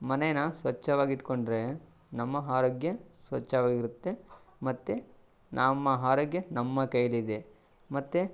ಮನೇನ್ನ ಸ್ವಚ್ಛವಾಗಿ ಇಟ್ಟುಕೊಂಡ್ರೆ ನಮ್ಮ ಆರೋಗ್ಯ ಸ್ವಚ್ಛವಾಗಿರುತ್ತೆ ಮತ್ತು ನಮ್ಮ ಆರೋಗ್ಯ ನಮ್ಮ ಕೈಯಲ್ಲಿದೆ ಮತ್ತು